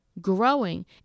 growing